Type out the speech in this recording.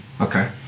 Okay